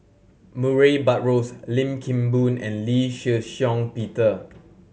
Murray Buttrose Lim Kim Boon and Lee Shih Shiong Peter